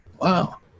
wow